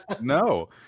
No